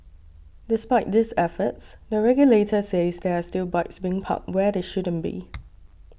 despite these efforts the regulator says there are still bikes being parked where they shouldn't be